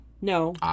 No